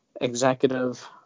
executive